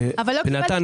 הוועדה.